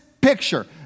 picture